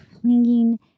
flinging